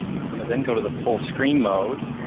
i'm gonna then go to the full screen mode,